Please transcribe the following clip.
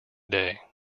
day